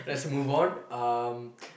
let's move on um